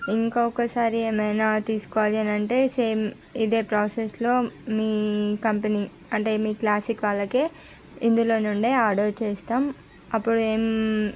ఇంకొకసారి ఏమైనా తీసుకోవాలి అని అంటే సేమ్ ఇదే ప్రాసెస్లో మీ కంపెనీ అంటే మీ క్లాసిక్ వాళ్ళకే ఇందులో నుండే ఆర్డర్ చేస్తాము అప్పుడు ఏం